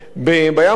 אדוני היושב-ראש,